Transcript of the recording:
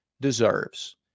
deserves